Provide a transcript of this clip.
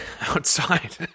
outside